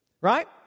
Right